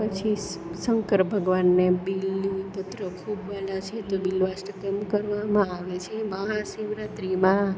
પછી શંકર ભગવાનને બિલી પત્રો ખૂબ વ્હાલા છે તો બિલ્વાષ્ટકમ્ કરવામાં આવે છે મહાશિવરાત્રિમાં